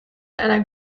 einer